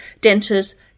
dentists